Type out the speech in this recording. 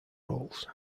roles